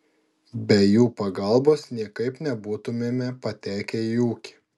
be jų pagalbos niekaip nebūtumėme patekę į ūkį